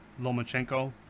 Lomachenko